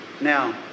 Now